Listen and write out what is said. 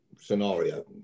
scenario